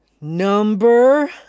number